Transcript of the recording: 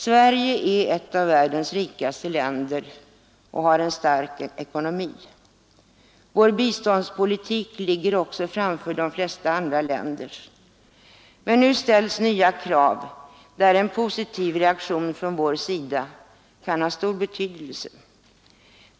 Sverige är ett av världens rikaste länder och har en stark ekonomi. Vår biståndspolitik ligger också framför de flesta andra länders. Men nu ställs nya krav där en positiv reaktion från vår sida kan ha stor betydelse.